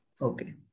Okay